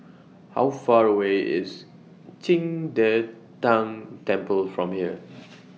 How Far away IS Qing De Tang Temple from here